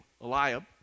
Eliab